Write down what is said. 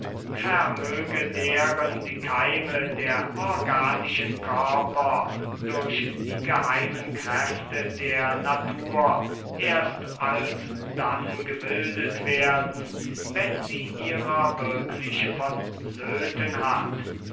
vermöge deren die keime der organischen körper durch die geheimen kräfte der natur erst alsdann gebildet werden wenn sie ihrer wirklich vonnöten hat